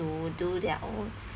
to do their own